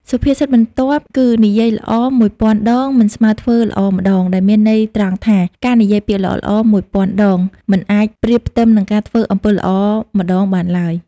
សុភាសិតបន្ទាប់គឺ និយាយល្អមួយពាន់ដង មិនស្មើធ្វើល្អម្តង ដែលមានន័យត្រង់ថា ការនិយាយពាក្យល្អៗមួយពាន់ដង មិនអាចប្រៀបផ្ទឹមនឹងការធ្វើអំពើល្អម្តងបានឡើយ។